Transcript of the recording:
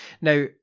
Now